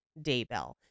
Daybell